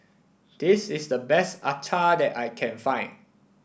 this is the best Acar that I can find